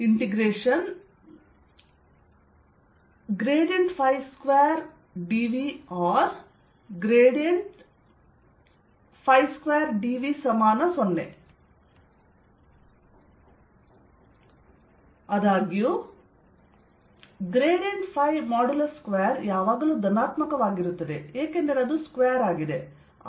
ಆದ್ದರಿಂದ 2dV0 ತಕ್ಷಣವೇ ϕ0 ಯ ಗ್ರೇಡಿಯಂಟ್ ಅಥವಾ ಡಿರೈವೇಟಿವ್ 0 ಎಂದು ಹೇಳುತ್ತದೆ